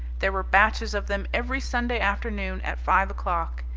there were batches of them every sunday afternoon at five o'clock,